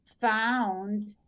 found